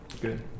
Good